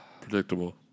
predictable